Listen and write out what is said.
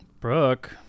Brooke